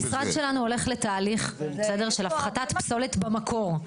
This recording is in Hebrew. המשרד שלנו הולך לתהליך של הפחתת פסולת במקור.